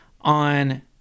on